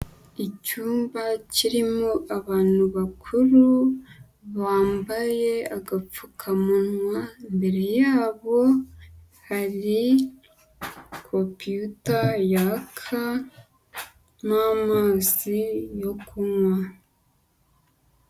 Icyumba kirimo abantu bakuru bambaye agapfukamunwa, imbere yabo hari kompiyuta yaka n'amazi yo kunywa.